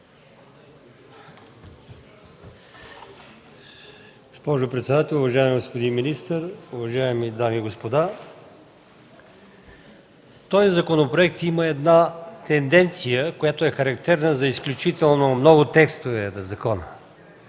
Този законопроект има една тенденция, която е характерна за изключително много текстове в закона.